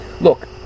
Look